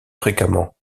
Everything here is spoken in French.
fréquemment